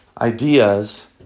ideas